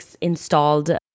installed